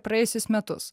praėjusius metus